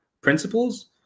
principles